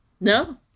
No